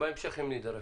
בהמשך אם נדרש.